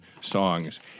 songs